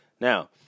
Now